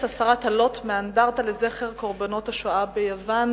הסרת הלוט מאנדרטה לזכר קורבנות השואה ביוון,